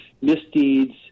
misdeeds